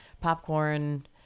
popcorn